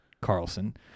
Carlson